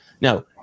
Now